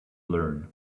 learn